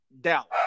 Dallas